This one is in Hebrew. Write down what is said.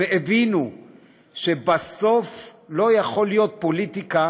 והבינו שבסוף לא יכולה להיות פוליטיקה